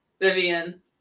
Vivian